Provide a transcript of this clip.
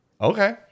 Okay